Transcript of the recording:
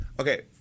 Okay